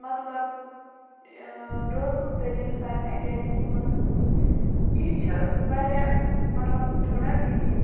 مطلب روزنُک طٔریٖقہٕ سانہِ اٮ۪کیڈمی منٛز یہِ چھُ واریاہ مطلب تھوڑا ویٖک